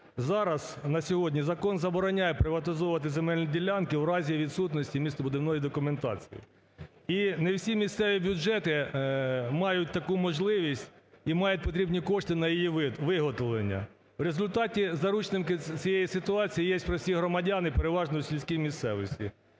зараз, на сьогодні, закон забороняє приватизовувати земельні ділянки в разі відсутності містобудівної документації. І не всі місцеві бюджети мають таку можливість і мають потрібні кошти на її виготовлення. В результаті заручниками цієї ситуації є прості громадяни, переважно у сільській місцевості.